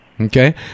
Okay